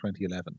2011